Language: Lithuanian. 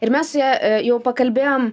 ir mes su ja jau pakalbėjom